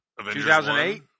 2008